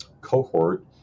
cohort